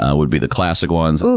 ah would be the classic ones. ooof,